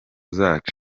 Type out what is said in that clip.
zacu